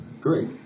Great